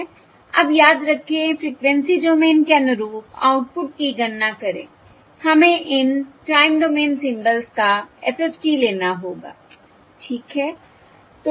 अब याद रखें फ़्रीक्वेंसी डोमेन के अनुरूप आउटपुट की गणना करें हमें इन टाइम डोमेन सिंबल्स का FFT लेना होगा ठीक है